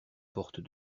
portes